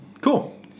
Cool